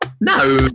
no